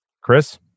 Chris